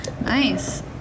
Nice